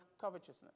covetousness